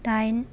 दाइन